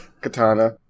Katana